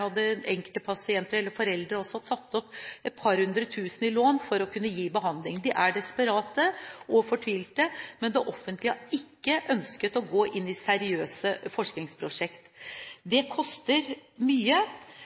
hadde enkelte pasienter og foreldre tatt opp et par hundre tusen i lån for å gi behandling. De er desperate og fortvilte, men det offentlige har ikke ønsket å gå inn i seriøse forskningsprosjekt. Det koster mye,